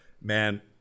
man